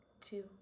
two